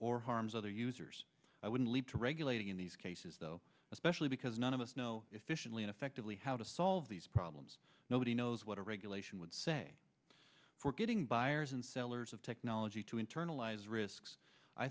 or harms other users i wouldn't lead to regulating in these cases though especially because none of us know efficiently and effectively how to solve these problems nobody knows what a regulation would say for getting buyers and sellers of technology to internalize risks i